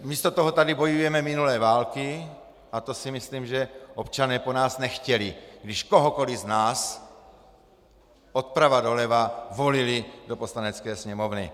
Místo toho tady bojujeme minulé války a to si myslím, že občané po nás nechtěli, když kohokoli z nás, odprava doleva, volili do Poslanecké sněmovny.